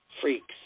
Freaks